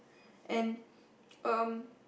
and um